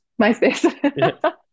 MySpace